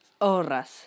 horas